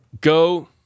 Go